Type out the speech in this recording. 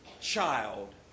child